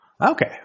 Okay